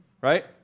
right